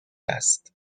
است